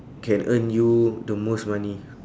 can earn you the most money